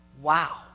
Wow